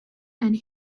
and